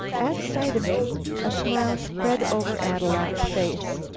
at sight of it a smile spread over ad-loo-at's face.